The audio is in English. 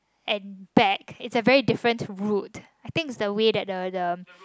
and back is a very different route I think it's the way that the the